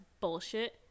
bullshit